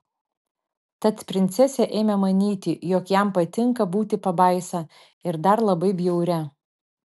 tad princesė ėmė manyti jog jam patinka būti pabaisa ir dar labai bjauria